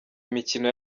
imikino